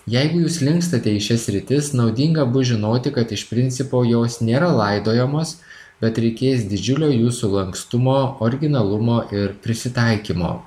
jeigu jūs linkstate į šias sritis naudinga bus žinoti kad iš principo jos nėra laidojamos bet reikės didžiulio jūsų lankstumo originalumo ir prisitaikymo